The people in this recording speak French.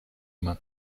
main